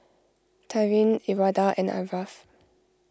Taryn Elwanda and Aarav